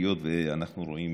היות שאנחנו רואים